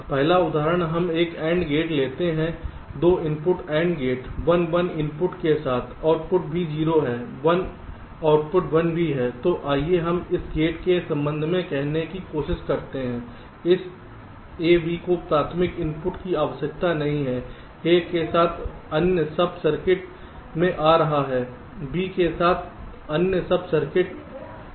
पहला उदाहरण हम एक AND गेट लेते हैं 2 इनपुट AND गेट 1 1 इनपुट के साथ आउटपुट भी 0 है 1 आउटपुट 1 भी है तो आइए हम इस गेट के संबंध में कहने की कोशिश करते हैं इस A B को प्राथमिक इनपुट की आवश्यकता नहीं है A कुछ अन्य सब सर्किट से आ रहा है B कुछ अन्य सब सर्किट से आ रहा है